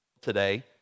today